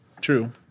True